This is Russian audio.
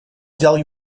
взял